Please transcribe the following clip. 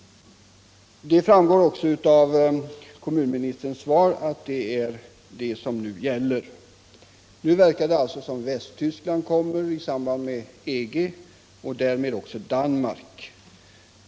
Det framgår av kommunministerns svar att så också är fallet i dag. Nu verkar det alltså som om EG-landet Västtyskland kommer att genomföra sommartid, och då kommer också Danmark att följa efter.